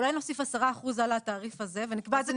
אולי נוסיף 10% על התעיף הזה ונקבע את זה כנורמה.